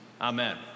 amen